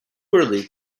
early